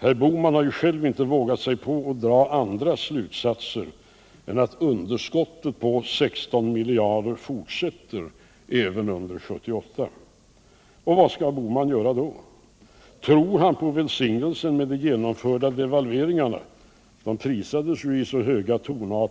Herr Bohman har ju själv inte vågat sig på att dra andra slutsatser än att underskottet på ca 16 miljarder fortsätter även under 1978. Vad skall herr Bohman göra då? Tror han på välsignelsen med de genomförda devalveringarna — de har ju prisats högljutt